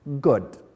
good